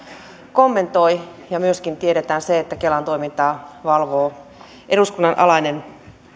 kommentoi ja myöskin tiedetään se että kelan toimintaa valvoo eduskunnan alainen